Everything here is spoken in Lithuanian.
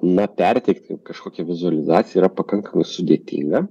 na perteikti kažkokia vizualizacija yra pakankamai sudėtinga